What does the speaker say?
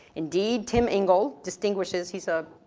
indeed, tim engle distinguishes, he's a